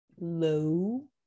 low